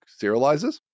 serializes